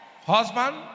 Husband